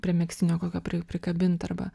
prie megztinio kokio pri prikabint arba